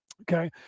Okay